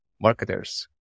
marketers